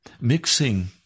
Mixing